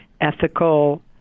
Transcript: ethical